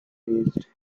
released